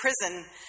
prison